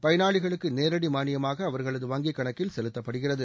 பயனாளிகளுக்கு நேரடி மானியமாக அவர்களது வங்கி கணக்கில் செலுத்தப்படுகிறது